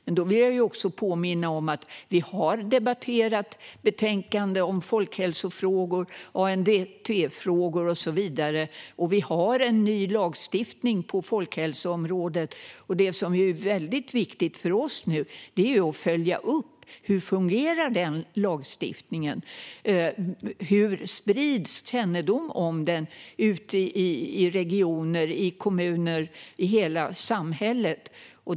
Jag vill påminna om att vi har debatterat betänkanden om folkhälsofrågor, ANDT-frågor och så vidare, och vi har en ny lagstiftning på folkhälsoområdet. Det som är viktigt för oss nu är att följa upp hur lagstiftningen fungerar och hur kännedom om den sprids ute i regioner och kommuner och i hela samhället.